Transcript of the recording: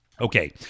Okay